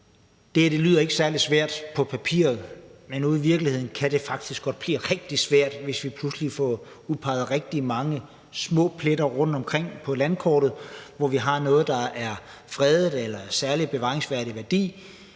det her ikke særlig svært, men ude i virkeligheden kan det faktisk godt blive rigtig svært, hvis vi pludselig får udpeget rigtig mange små pletter rundtomkring på landkortet, hvor vi har noget, der er fredet eller er af særlig bevaringsværdig værdi.